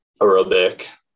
aerobic